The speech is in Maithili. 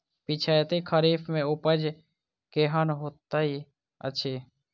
पिछैती खरीफ मे उपज केहन होइत अछि?